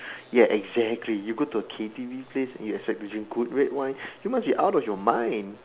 ya exactly you go to a K_T_V place and you expect to drink good red wine you must be out of your mind